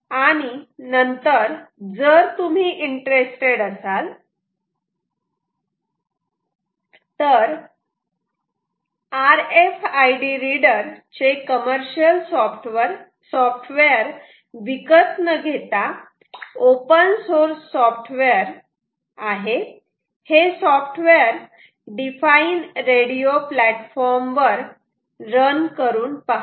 आणि नंतर जर तुम्ही इंट्रेस्टेड असाल तर R F I D reader चे कमर्शियल सॉफ्टवेअर विकत न घेता ओपन सोर्स सॉफ्टवेअर हे सॉफ्टवेअर डिफाइन रेडिओ प्लॅटफॉर्म वर रन करून पहा